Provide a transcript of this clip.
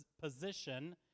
position